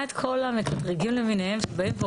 אני מזמינה את כל המקטרגים למיניהם שאומרים: